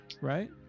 right